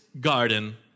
garden